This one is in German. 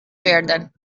werden